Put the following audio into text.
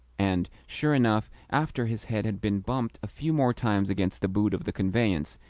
and, sure enough, after his head had been bumped a few more times against the boot of the conveyance,